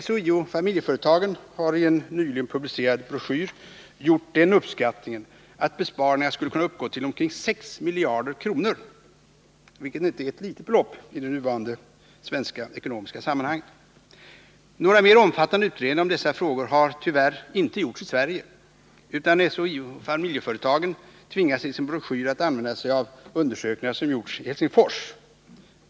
SHIO-Familjeföretagen har i en nyligen publicerad broschyr gjort den uppskattningen att besparingarna skulle kunna uppgå till omkring 6 miljarder kronor, vilket inte är något litet belopp i de nuvarande svenska ekonomiska sammanhangen. Några mer omfattande utredningar i dessa frågor har tyvärr inte gjorts i Sverige, utan SHIO-Familjeföretagen tvingas i sin broschyr att använda sig av undersökningar som gjorts i Helsingfors.